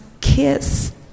kiss